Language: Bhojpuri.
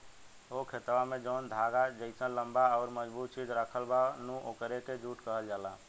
हो खेतवा में जौन धागा जइसन लम्बा अउरी मजबूत चीज राखल बा नु ओकरे के जुट कहल जाला